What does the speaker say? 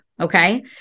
okay